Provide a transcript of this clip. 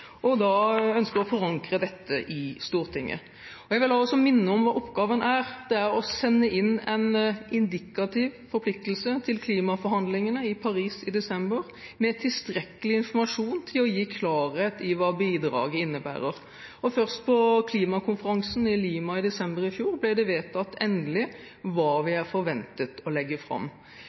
og grundig orientering, og vi ønsker å forankre dette i Stortinget. Jeg vil også minne om hva oppgaven er: å sende inn en indikativ forpliktelse til klimaforhandlingene i Paris i desember, med tilstrekkelig informasjon til å gi klarhet i hva bidraget innebærer. Først på klimakonferansen i Lima i desember i fjor ble det vedtatt endelig hva vi er forventet å legge fram.